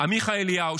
עמיחי אליהו,